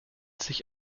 sich